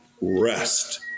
rest